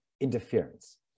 interference